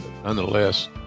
Nonetheless